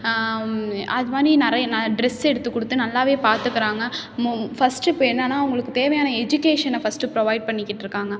அது மாதிரி நிறைய ட்ரெஸ் எடுத்துக் கொடுத்து நல்லாவே பார்த்துக்குறாங்க ஃபஸ்ட்டு இப்போ என்னென்னா அவங்களுக்குத் தேவையான எஜுகேஷனை ஃபஸ்ட்டு ப்ரொவைட் பண்ணிக்கிட்டிருக்காங்க